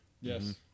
Yes